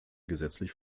gesetzlich